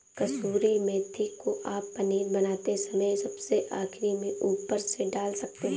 कसूरी मेथी को आप पनीर बनाते समय सबसे आखिरी में ऊपर से डाल सकते हैं